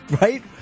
right